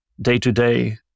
day-to-day